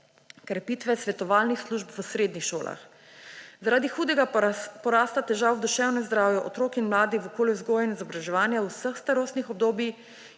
krepitve svetovalnih služb v srednjih šolah. Zaradi hudega porasta težav v duševnem zdravju otrok in mladostnikov v okolju vzgoje in izobraževanja vseh starostnih obdobij